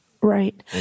Right